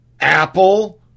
Apple